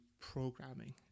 programming